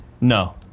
No